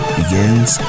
begins